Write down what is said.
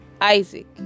Isaac